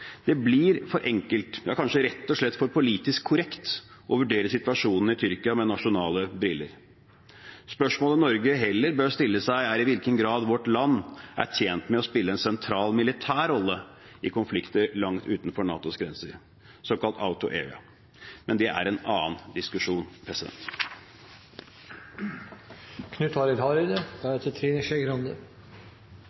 Det blir for enkelt, ja kanskje rett og slett for politisk korrekt å vurdere situasjonen i Tyrkia med nasjonale briller. Spørsmålet Norge heller bør stille seg, er i hvilken grad vårt land er tjent med å spille en sentral militær rolle i konflikter langt utenfor NATOs grenser, såkalt «out of area». Men det er en annen diskusjon.